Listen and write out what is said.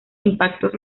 impactos